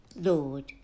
Lord